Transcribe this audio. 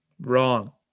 Wrong